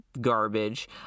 garbage